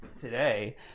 today